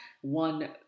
one